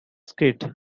skirt